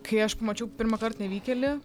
kai aš pamačiau pirmąkart nevykėlį